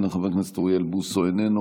איננה,